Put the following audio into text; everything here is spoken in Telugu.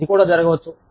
ఇది కూడా జరగవచ్చు